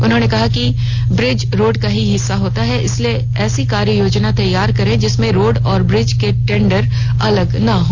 उन्होंने कहा कि ब्रिज रोड का ही हिस्सा होता है इसलिए ऐसी कार्य योजना तैयार करें जिसमें रोड और ब्रिज के टेंडर अलग अलग न हो